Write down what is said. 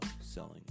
selling